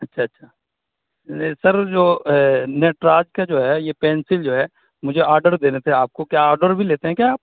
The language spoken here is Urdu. اچھا اچھا سر جو نٹراج کا جو ہے یہ پنسل جو ہے مجھے آڈر دینے تھے آپ کو کیا آڈر بھی لیتے ہیں کیا آپ